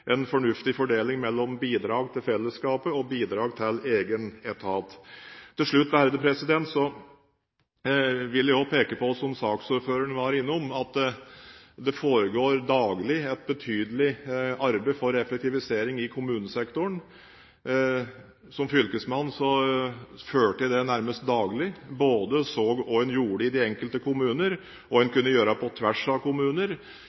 en fornuftig fordeling mellom bidrag til fellesskapet og bidrag til egen etat. Til slutt vil jeg også peke på – som saksordføreren var innom – at det daglig foregår et betydelig arbeid når det gjelder effektivisering i kommunesektoren. Som fylkesmann fulgte jeg dette nærmest daglig, så hva en gjorde i de enkelte kommuner, hva en kunne gjøre på tvers av kommuner,